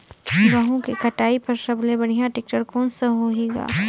गहूं के कटाई पर सबले बढ़िया टेक्टर कोन सा होही ग?